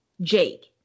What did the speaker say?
Jake